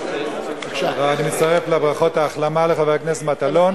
אני מצטרף לברכות ההחלמה לחבר הכנסת מטלון.